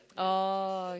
oh